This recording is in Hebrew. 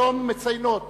היום מציינות